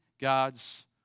God's